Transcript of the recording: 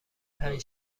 پنج